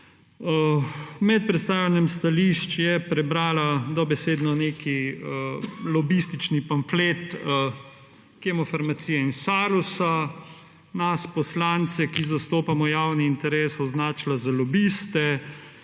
Med predstavljanjem stališč je prebrala dobesedno nek lobistični pamflet Kemofarmacije in Salusa. Nas poslance, ki zastopamo javni interes, je označila za lobiste.